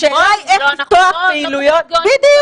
השאלה היא איך לפתוח פעילויות --- זה ברור,